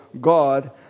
God